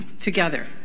together